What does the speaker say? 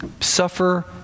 suffer